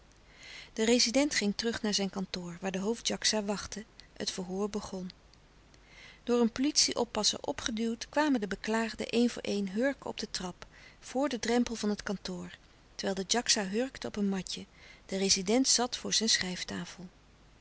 de rezident ging terug naar zijn kantoor waar de hoofd djaksa wachtte het verhoor begon door een politie-oppasser op geduwd kwamen de beklaagden een voor een hurken op de trap voor den drempel van het kantoor terwijl de djaksa hurkte op een matje de rezident zat voor zijn schrijftafel